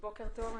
בוקר טוב.